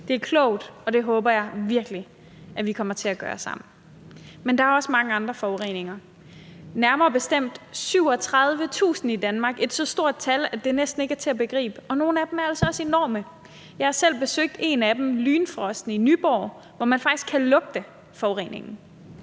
Det er klogt, og det håber jeg virkelig at vi kommer til at gøre sammen. Men der er også mange andre forureninger i Danmark, nærmere bestemt 37.000. Det er et så stort tal, at det næsten ikke er til at begribe. Og nogle af dem er altså også enorme. Jeg har selv besøgt en af dem, Lynfrosten i Nyborg, hvor man faktisk kan lugte forureningen.